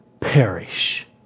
perish